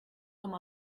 com